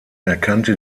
erkannte